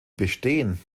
bestehen